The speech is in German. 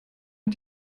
hat